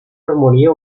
armonía